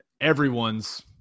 everyone's